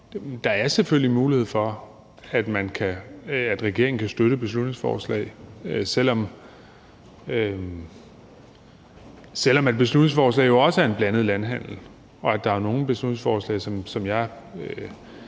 der er selvfølgelig mulighed for, at regeringen kan støtte beslutningsforslag. Selv om beslutningsforslag jo også er en blandet landhandel og der er nogle beslutningsforslag, som jeg